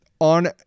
on